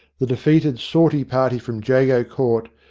the defeated sortie-party from jago court,